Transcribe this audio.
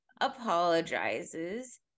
apologizes